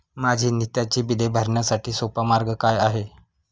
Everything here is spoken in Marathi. माझी नित्याची बिले भरण्यासाठी सोपा मार्ग काय आहे?